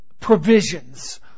provisions